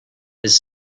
his